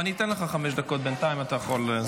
אני אתן לך חמש דקות, בינתיים אתה יכול.